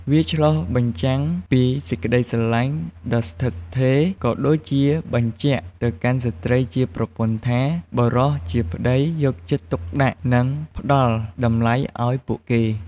វាឆ្លុះបញ្ចាំងពីសេចក្ដីស្រឡាញ់ដ៏ស្ថិតស្ថេរ ក៏ដូចជាបញ្ជាក់ទៅកាន់ស្ត្រីជាប្រពន្ធថា បុរសជាប្ដីយកចិត្តទុកដាក់ និងផ្ដល់តម្លៃឱ្យពួកគេ។